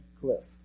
cliff